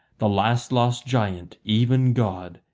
the last lost giant, even god,